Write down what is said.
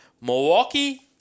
Milwaukee